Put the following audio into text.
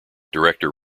director